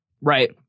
Right